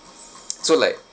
so like